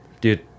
dude